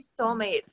soulmate